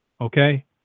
Okay